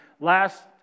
last